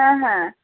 হ্যাঁ হ্যাঁ